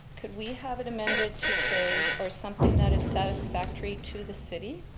could we have it amended to say, or something that is satisfactory to the city,